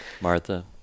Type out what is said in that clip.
Martha